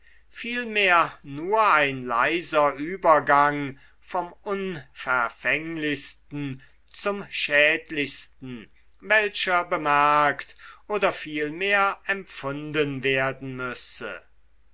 vielmehr nur ein leiser übergang vom unverfänglichsten zum schädlichsten welcher bemerkt oder vielmehr empfunden werden müsse